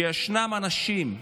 שישנם אנשים,